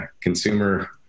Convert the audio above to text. consumer